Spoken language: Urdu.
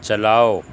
چلاؤ